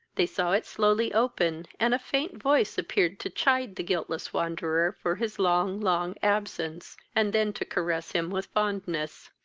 they saw it slowly open, and a faint voice appeared to chide the guiltless wanderer for his long, long absence, and then to caress him with fondness.